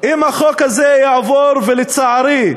אם החוק הזה יעבור, ולצערי,